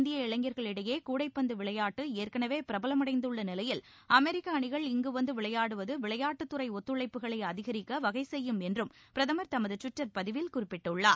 இந்திய இளைஞர்களிடையே கூடைப்பந்து விளையாட்டு ஏற்கனவே பிரபலமடைந்துள்ள நிலையில் அமெரிக்க அணிகள் இங்கு வந்து விளையாடுவது விளையாட்டுத்துறை ஒத்துழைப்புகளை அதிகரிக்க வகை செய்யும் என்றும் பிரதமர் தமது டுவிட்டர் பதிவில் குறிப்பிட்டுள்ளார்